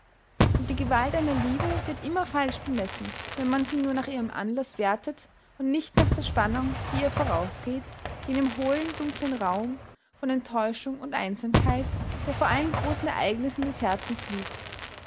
und die gewalt einer liebe wird immer falsch bemessen wenn man sie nur nach ihrem anlaß wertet und nicht nach der spannung die ihr vorausgeht jenem hohlen dunkeln raum von enttäuschung und einsamkeit der vor allen großen ereignissen des herzens liegt